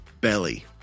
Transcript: Belly